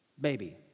baby